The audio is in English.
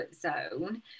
zone